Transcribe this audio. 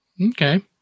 Okay